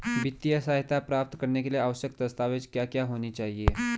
वित्तीय सहायता प्राप्त करने के लिए आवश्यक दस्तावेज क्या क्या होनी चाहिए?